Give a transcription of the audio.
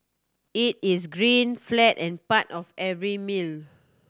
it is green flat and part of every meal